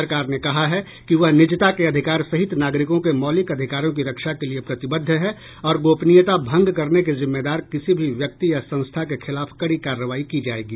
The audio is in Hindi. सरकार ने कहा है कि वह निजता के अधिकार सहित नागरिकों के मौलिक अधिकारों की रक्षा के लिए प्रतिबद्ध है और गोपनीयता भंग करने के जिम्मेदार किसी भी व्यक्ति या संस्था के खिलाफ कड़ी कार्रवाई की जाएगी